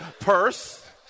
Purse